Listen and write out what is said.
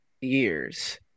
years